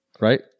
Right